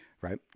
Right